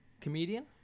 comedian